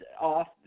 off